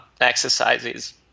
exercises